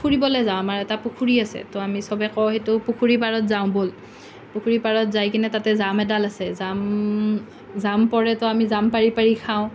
ফুৰিবলৈ যাম আমাৰ এটা পুখুৰী আছে তো আমি সবে কওঁ সেইটো পুখুৰীৰ পাৰত যাওঁ ব'ল পুখুৰীৰ পাৰত যাই কিনে তাতে জাম এডাল আছে জাম জাম পৰে তো জাম পাৰি পাৰি খাওঁ